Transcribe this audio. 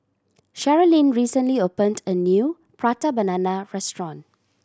Sherilyn recently opened a new Prata Banana restaurant